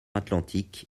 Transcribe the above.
atlantique